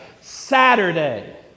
Saturday